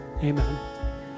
Amen